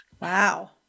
Wow